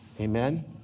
Amen